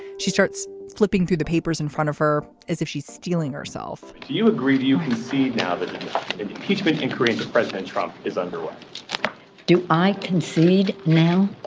she starts flipping through the papers in front of her as if she's steeling herself do you agree. you see now that impeachment can create a president trump is underway do i concede now.